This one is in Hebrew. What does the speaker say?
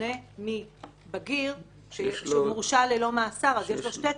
בשונה מבגיר שמורשע ללא מאסר ויש לו שתי תקופות.